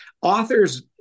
authors